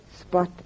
spot